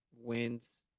wins